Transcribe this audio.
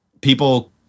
people